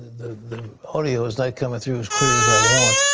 the audio is not coming through as clear as i want.